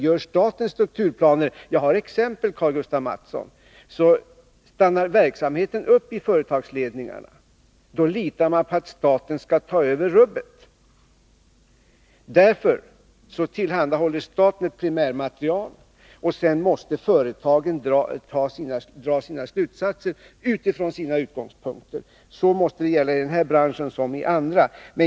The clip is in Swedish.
Om staten gör strukturplaner — jag har exempel på det, Karl-Gustaf Mathsson — stannar verksamheten upp i företagsledningarna, och man litar på att staten skall ta över rubbet. Därför tillhandahåller staten ett primärmaterial, och sedan måste företagen dra sina slutsatser utifrån sina utgångspunkter. Det måste gälla i den här branschen, liksom i andra.